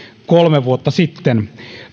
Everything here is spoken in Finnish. kolme vuotta sitten